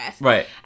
right